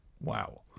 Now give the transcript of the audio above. Wow